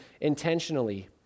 intentionally